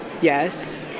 Yes